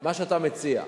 מה שאתה מציע.